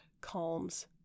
calms